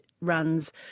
runs